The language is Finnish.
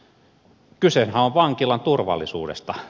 kysehän on vankilan turvallisuudesta